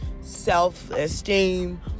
self-esteem